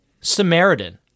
Samaritan